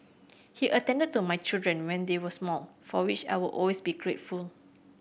he attended to my children when they were small for which I will always be grateful